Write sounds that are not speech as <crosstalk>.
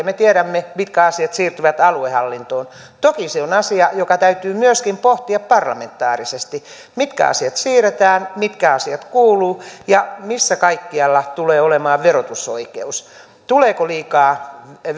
<unintelligible> me tiedämme mitkä asiat siirtyvät aluehallintoon toki se on asia joka täytyy myöskin pohtia parlamentaarisesti mitkä asiat siirretään mitkä asiat kuuluvat ja missä kaikkialla tulee olemaan verotusoikeus tuleeko liikaa